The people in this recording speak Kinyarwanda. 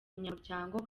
munyamuryango